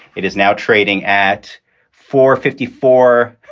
it is now trading at four fifty four,